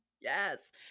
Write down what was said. Yes